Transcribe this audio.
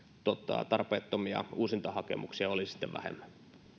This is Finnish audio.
tarpeettomia uusintahakemuksia olisi sitten vähemmän